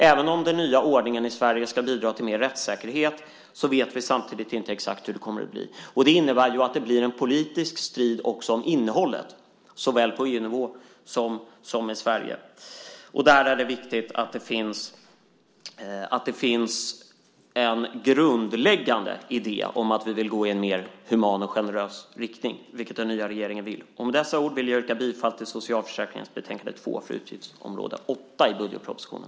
Även om den nya ordningen i Sverige ska bidra till högre rättssäkerhet vet vi samtidigt inte exakt hur det kommer att bli. Det innebär att det blir en politisk strid också om innehållet såväl på EU-nivå som i Sverige. Då är det viktigt att det finns en grundläggande idé om att vi vill gå i en mer human och generös riktning, vilket den nya regeringen vill. Med dessa ord vill jag yrka bifall till socialförsäkringsutskottets förslag i betänkandet SfU2, utgiftsområde 8 i budgetpropositionen.